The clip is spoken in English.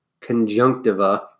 conjunctiva